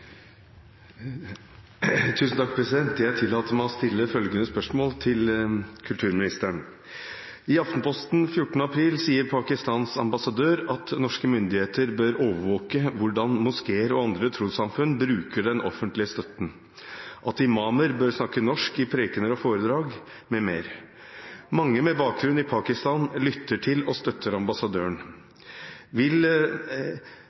Jeg tillater meg å stille følgende spørsmål til kulturministeren: «I Aftenposten 14. april sier Pakistans ambassadør at norske myndigheter bør overvåke hvordan moskeer og andre trossamfunn bruker den offentlige støtten, at imamer bør snakke norsk i prekener og foredrag m.m. Mange med bakgrunn i Pakistan lytter til og støtter